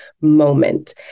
moment